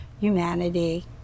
humanity